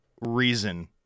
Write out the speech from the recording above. reason